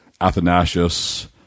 Athanasius